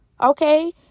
okay